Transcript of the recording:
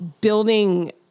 building